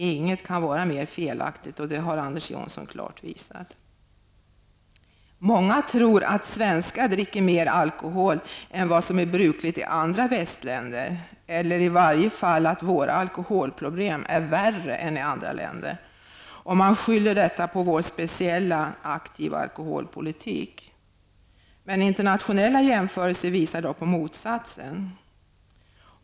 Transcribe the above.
Inget kan vara mer felaktigt, vilket Anders Johnson klart har visat. Många tror att svenskar dricker mer alkohol än vad som är brukligt i andra västländer, eller i varje fall att våra alkoholproblem är värre än i andra länder. Man skyller detta på vår speciella, aktiva alkoholpolitik. Internationella jämförelser visar dock på motsatsen.